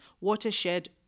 Watershed